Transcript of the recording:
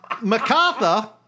MacArthur